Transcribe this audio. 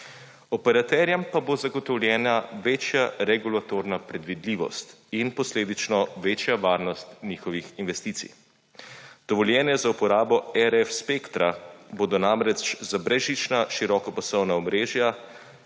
operaterjem pa bo zagotovljena večja regulatorna predvidljivost in posledično večja varnost njihovih investicij. Dovoljenja za uporabo RF spektra bodo namreč za brezžična širokopasovna omrežja